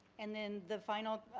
and then the final